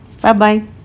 Bye-bye